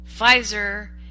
Pfizer